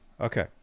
okay